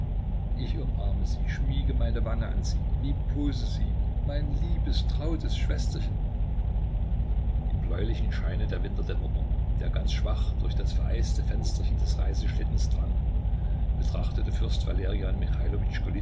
ich umarme sie schmiege meine wange an sie liebkose sie mein liebes trautes schwesterchen im bläulichen scheine der winterdämmerung der ganz schwach durch das vereiste fensterchen des reiseschlittens drang betrachtete fürst